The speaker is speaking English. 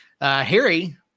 Harry